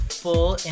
full